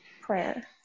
prayer